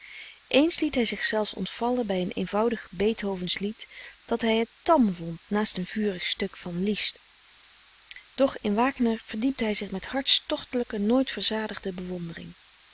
eens liet hij zich zelfs ontvallen bij een eenvoudig beethovensch lied dat hij het tam vond naast een vurig stuk van liszt doch in wagner verdiepte hij zich met hartstochtelijke nooit verzadigde bewondering